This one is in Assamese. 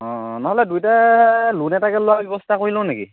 অঁ অঁ নহ'লে দুইটায়ে লোন এটাকে লোৱাৰ ব্যৱস্থা কৰি লওঁ নেকি